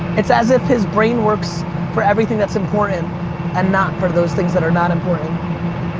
it's as if his brain works for everything that's important and not for those things that are not important.